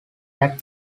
that